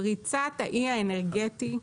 פריצת האי האנרגטי,